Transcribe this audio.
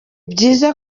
byiza